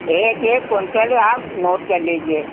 एक एक कुन्टल आप नोट कर लीजिए